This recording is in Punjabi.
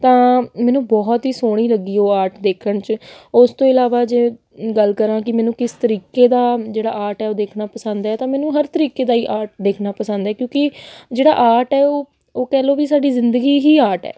ਤਾਂ ਮੈਨੂੰ ਬਹੁਤ ਹੀ ਸੋਹਣੀ ਲੱਗੀ ਉਹ ਆਰਟ ਦੇਖਣ 'ਚ ਉਸ ਤੋਂ ਇਲਾਵਾ ਜੇ ਗੱਲ ਕਰਾਂ ਕਿ ਮੈਨੂੰ ਕਿਸ ਤਰੀਕੇ ਦਾ ਜਿਹੜਾ ਆਰਟ ਹੈ ਉਹ ਦੇਖਣਾ ਪਸੰਦ ਹੈ ਤਾਂ ਮੈਨੂੰ ਹਰ ਤਰੀਕੇ ਦਾ ਹੀ ਆਰਟ ਦੇਖਣਾ ਪਸੰਦ ਹੈ ਕਿਉਂਕਿ ਜਿਹੜਾ ਆਰਟ ਹੈ ਉਹ ਉਹ ਕਹਿ ਲਓ ਕਿ ਸਾਡੀ ਜ਼ਿੰਦਗੀ ਹੀ ਆਰਟ ਹੈ